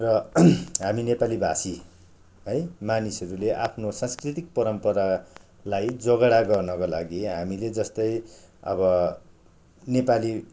र हामी नेपालीभाषी है मानिसहरूले आफ्नो सांस्कृतिक परम्परालाई जगेडा गर्नका लागि हामीले जस्तै अब नेपाली